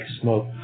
smoke